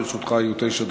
לרשותך יהיו תשע דקות.